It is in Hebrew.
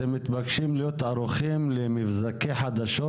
אתם מתבקשים להיות ערוכים למבזקי חדשות